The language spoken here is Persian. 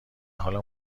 حال